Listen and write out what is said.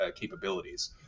capabilities